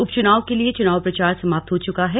उपच्नाव के लिए चुनाव प्रचार समाप्त हो चुका है